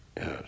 Yes